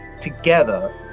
together